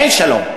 אין שלום.